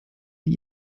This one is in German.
die